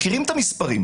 מכירים את המספרים.